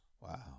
wow